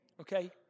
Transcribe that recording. Okay